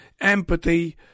empathy